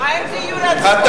מה עם הדיור הציבורי?